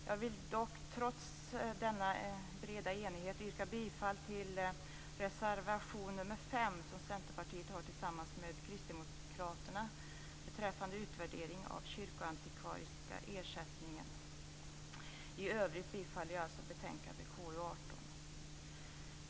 Jag vill dock trots denna breda enighet yrka bifall till reservation nr 5 som Centerpartiet har tillsammans med Kristdemokraterna beträffande utvärdering av den kyrkoantikvariska ersättningen. I övrigt yrkar jag bifall till utskottets hemställan i betänkande KU18.